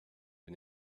wir